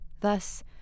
Thus